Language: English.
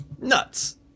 nuts